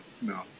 no